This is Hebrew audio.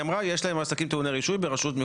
היא אמרה יש להם עסקים טעוני רישוי ברשות,